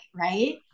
right